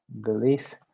Belief